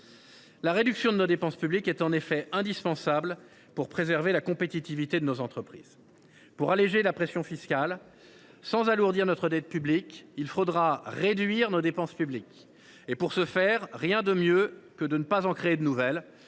La réduction de la dépense publique est en effet indispensable pour préserver la compétitivité des entreprises. Pour alléger la pression fiscale sans alourdir notre dette publique, il faudra réduire les dépenses publiques, et pour ce faire, rien de mieux que ne pas en créer de nouvelles.